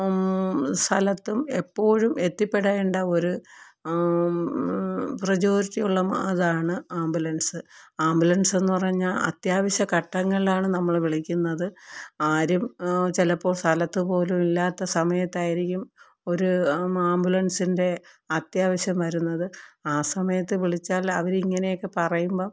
സ്ഥലത്തും എപ്പോഴും എത്തിപ്പെടേണ്ട ഒരു പ്രചോരിറ്റിയുള്ള ഇതാണ് ആംബുലൻസ് ആംബുലൻസ് എന്നു പറഞ്ഞാല് അത്യാവശ്യ ഘട്ടങ്ങളിലാണ് നമ്മള് വിളിക്കുന്നത് ആരും ചിലപ്പോള് സ്ഥലത്തു പോലും ഇല്ലാത്ത സമയത്തായിരിക്കും ഒരു ആംബുലൻസിന്റെ അത്യാവശ്യം വരുന്നത് ആ സമയത്ത് വിളിച്ചാൽ അവര് ഇങ്ങനെയൊക്കെ പറയുമ്പോള്